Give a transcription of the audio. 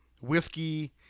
Whiskey